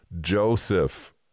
Joseph